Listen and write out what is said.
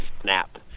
snap